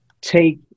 take